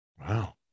Wow